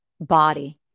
body